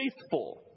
faithful